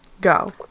Go